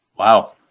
Wow